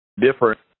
different